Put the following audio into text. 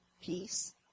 peace